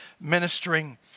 ministering